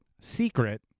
secret